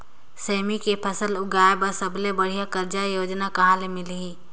सेमी के फसल उगाई बार सबले बढ़िया कर्जा योजना कहा ले मिलही?